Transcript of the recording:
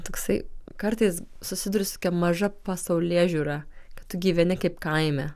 toksai kartais susiduriu su tokia maža pasaulėžiūra kad tu gyveni kaip kaime